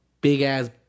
big-ass